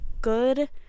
good